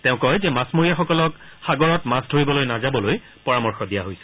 তেওঁ কয় যে মাছমৰীয়াসকলক সাগৰত মাছ ধৰিবলৈ নাযাবলৈ পৰামৰ্শ দিয়া হৈছে